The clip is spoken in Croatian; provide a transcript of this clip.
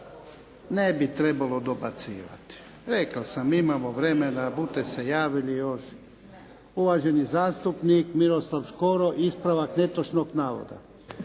Ne bi trebalo dobacivati. Rekel sam, imamo vremena, bute se javili još. Uvaženi zastupnik Miroslav Škoro, ispravak netočnog navoda.